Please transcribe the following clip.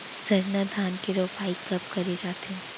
सरना धान के रोपाई कब करे जाथे?